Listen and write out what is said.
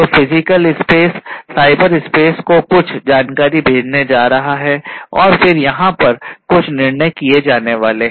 तो physical space cyber space को कुछ जानकारी भेजने जा रहा है और फिर यहाँ पर कुछ निर्णय किए जाने वाले हैं